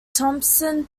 thompson